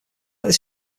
this